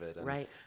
Right